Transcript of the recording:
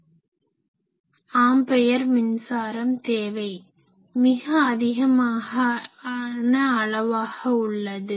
87 ampere மின்சாரம் தேவை மிக அதிகமான அளவாக உள்ளது